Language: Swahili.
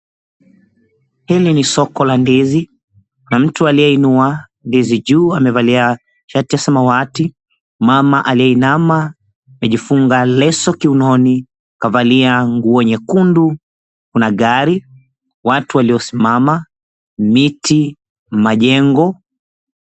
Hili ni soko la ndizi, kuna mtu aliyeinua ndizi juu amevalia shati ya samawati. Mama aliyeinama amejifunga leso kiunoni, kavalia nguo nyekundu, kuna gari, watu waliosimama, miti, majengo.